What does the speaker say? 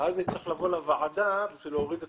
-- ואז נצטרך לבוא לוועדה, בשביל להוריד את